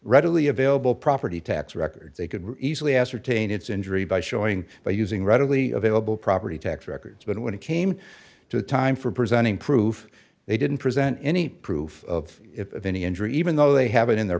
readily available property tax records they could easily ascertain its injury by showing by using readily available property tax records but when it came to time for presenting proof they didn't present any proof of any injury even though they have it in their